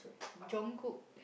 Jung-Kook